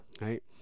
Right